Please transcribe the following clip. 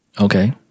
Okay